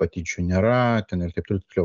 patyčių nėra ten ir taip toliau